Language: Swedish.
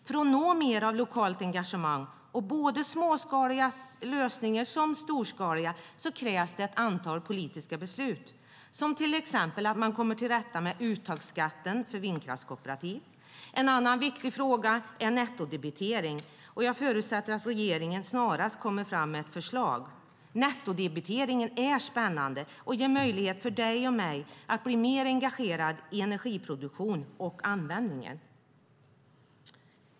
För att nå mer av lokalt engagemang och både småskaliga lösningar som storskaliga krävs ett antal politiska beslut som till exempel gör att man kommer till rätta med uttagsskatten för vindkraftskooperativ. En annan viktig fråga är nettodebitering. Jag förutsätter att regeringen snarast kommer fram med ett förslag. Nettodebiteringen är spännande och ger möjlighet för dig och mig att bli än mer engagerade i energiproduktion och energianvändning.